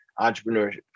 entrepreneurship